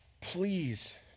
please